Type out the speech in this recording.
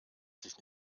sich